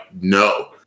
no